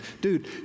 dude